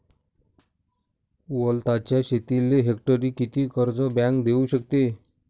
वलताच्या शेतीले हेक्टरी किती कर्ज बँक देऊ शकते?